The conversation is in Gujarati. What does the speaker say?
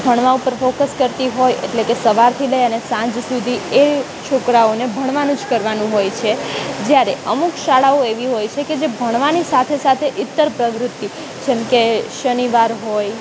ભણવાં ઉપર ફોકસ કરતી હોય એટલે કે સવારથી લઈ અને સાંજ સુધી એ છોકરાઓને ભણવાનું જ કરવાનું હોય છે જ્યારે અમુક શાળાઓ એવી હોય છે કે જે ભણવાની સાથે સાથે ઇતર પ્રવૃતિ જેમ કે શનિવાર હોય